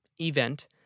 event